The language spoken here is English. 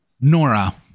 Nora